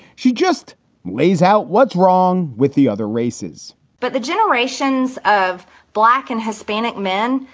she just lays out what's wrong with the other races but the generations of black and hispanic men,